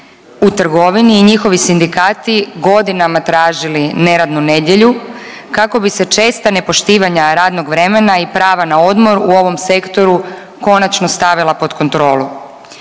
u trgovini i njihovi sindikati godinama tražili neradnu nedjelju kako bi se česta nepoštivanja radnog vremena i prava na odmor u ovom sektoru konačno stavila pod kontrolu.